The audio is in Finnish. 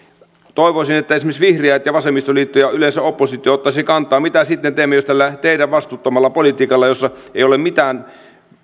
toivoisin että esimerkiksi vihreät ja vasemmistoliitto ja yleensä oppositio ottaisivat kantaa mikä sitten tällä teidän vastuuttomalla politiikallanne jossa ei ole mitään